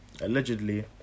allegedly